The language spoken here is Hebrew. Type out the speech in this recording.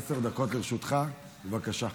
עשר דקות לרשותך, בבקשה.